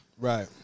Right